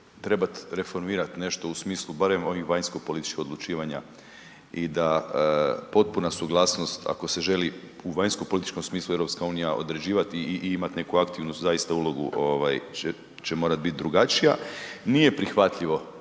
trebati reformirati nešto u smislu barem o vanjsko politički odlučivanja i da potpuna suglasnost ako se želi u vanjsko političkom smislu EU određivati i imati neku aktivnu ulogu će morati biti drugačija. Nije prihvatljivo,